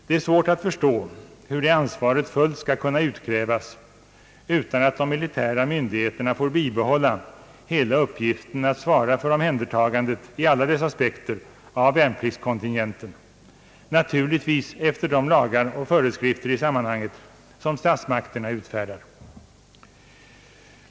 Det är svårt att förstå hur det ansvaret fullt skall kunna utkrävas utan att de militära myndigheterna får bibehålla hela uppgiften att svara för omhändertagandet i alla dess aspekter av värnpliktskontingenten — naturligtvis efter de lagar och föreskrifter i sammanhanget som statsmakterna utfärdar.